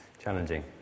challenging